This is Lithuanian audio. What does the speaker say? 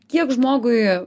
kiek žmogui